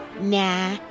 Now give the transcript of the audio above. Nah